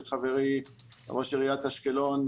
של חברי ראש עריית אשקלון,